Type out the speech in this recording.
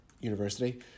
university